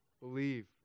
Believe